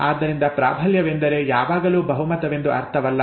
ಆದ್ದರಿಂದ ಪ್ರಾಬಲ್ಯವೆಂದರೆ ಯಾವಾಗಲೂ ಬಹುಮತವೆಂದು ಅರ್ಥವಲ್ಲ